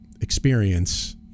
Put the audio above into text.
experience